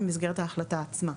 במסגרת ההחלטה עצמה.